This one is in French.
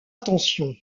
attention